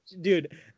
Dude